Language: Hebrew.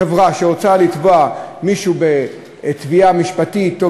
חברה שרוצה לתבוע מישהו בתביעה משפטית או